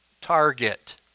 target